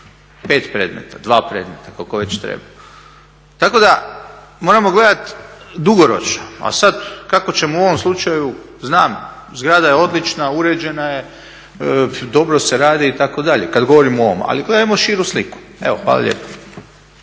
predmeta, dva predmeta ili koliko već treba. Tako da moramo gledati dugoročno. A sad kako ćemo u ovom slučaju, znam zgrada je odlična, uređena je, dobro se radi itd. kad govorimo o ovom, ali gledajmo širu sliku. Evo, hvala lijepo.